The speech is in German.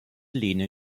lehne